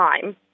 time